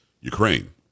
Ukraine